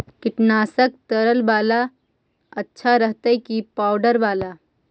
कीटनाशक तरल बाला अच्छा रहतै कि पाउडर बाला?